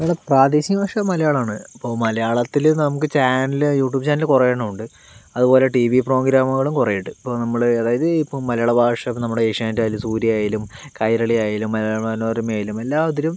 നമ്മുടെ പ്രാദേശിക ഭാഷ മലയാളാണ് ഇപ്പോൾ മലയാളത്തിൽ നമുക്ക് ചാനൽ യൂട്യൂബ് ചാനൽ കുറേയെണ്ണം ഉണ്ട് അതുപോലെ ടി വി പ്രോഗ്രാമുകളും കുറേയുണ്ട് ഇപ്പോൾ നമ്മൾ അതായത് ഇപ്പോൾ മലയാള ഭാഷ നമ്മുടെ ഏഷ്യാനെറ്റായാലും സൂര്യ ആയാലും കൈരളി ആയാലും മഴവിൽ മനോരമ ആയാലും എല്ലാ ഇതിലും